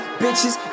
bitches